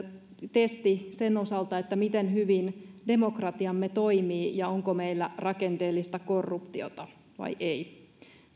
testi sen osalta miten hyvin demokratiamme toimii ja onko meillä rakenteellista korruptiota vai ei